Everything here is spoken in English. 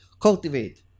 Cultivate